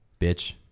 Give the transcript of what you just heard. bitch